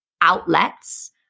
outlets